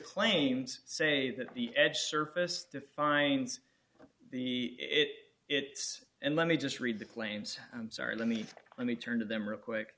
claims say that the edge surface defines the it it's and let me just read the claims i'm sorry let me let me turn to them real quick